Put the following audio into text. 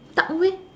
duck with